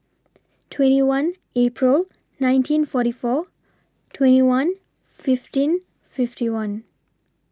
twenty one April nineteen forty four twenty one fifteen fifty one